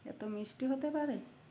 এতো মিষ্টি হতে পারে